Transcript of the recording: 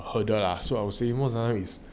hurdle lah so I would say most of them is